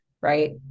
right